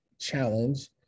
challenge